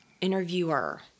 Interviewer